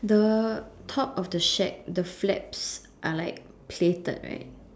the top of the shed the flaps are like platted right